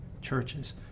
churches